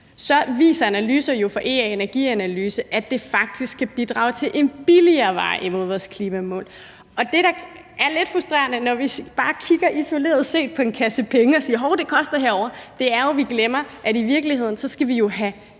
så viser analyser fra Ea Energianalyse jo, at det faktisk kan bidrage til en billigere vej mod vores klimamål. Og det, der er lidt frustrerende, når vi bare kigger isoleret set på en kasse penge og siger, at det koster noget herovre, er jo, at vi glemmer, at vi i virkeligheden skal have